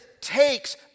takes